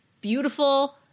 beautiful